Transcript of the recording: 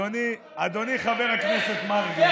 אדוני חבר הכנסת מרגי,